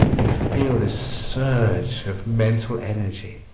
you feel the surge of mental energy